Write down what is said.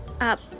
up